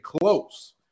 close